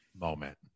moment